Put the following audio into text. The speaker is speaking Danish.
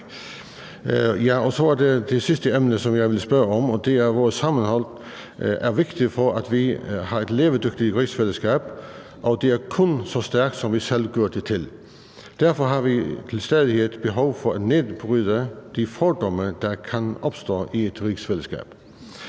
(SP): Tak. Det sidste emne, jeg vil spørge til, er vores sammenhold. Det er vigtigt, for at vi har et levedygtigt rigsfællesskab, og det er kun så stærkt, som vi selv gør det til. Derfor har vi til stadighed et behov for at nedbryde de fordomme, der kan opstå i et rigsfællesskab.